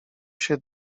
się